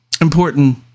Important